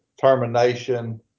termination